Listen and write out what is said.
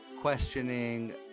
questioning